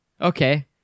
Okay